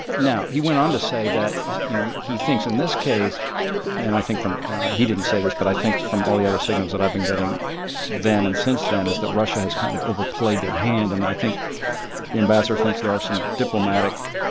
now, he went on to say that, you know, he thinks, in this case and i think from he didn't say this, but i think, from all the other signals that i've been getting then and since then, is that russia has kind of overplayed their hand. and i think the ambassador thinks there are some diplomatic